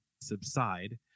subside